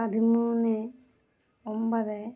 പതിമൂന്ന് ഒൻപത്